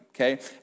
okay